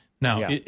Now